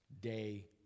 day